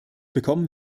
bekommen